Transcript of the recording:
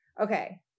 Okay